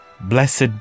Blessed